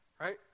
right